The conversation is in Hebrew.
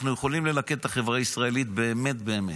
אנחנו יכולים ללכד את החברה הישראלית באמת, באמת.